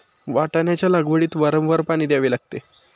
वाटाण्याच्या लागवडीत वारंवार पाणी द्यावे लागते